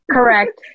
Correct